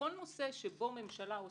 ובכל נושא שבו ממשלה עוסקת,